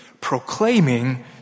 Proclaiming